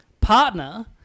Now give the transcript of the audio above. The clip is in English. partner